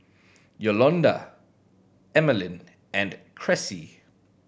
Yolonda Emaline and Cressie